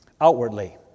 outwardly